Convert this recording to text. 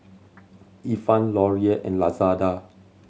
Ifan Laurier and Lazada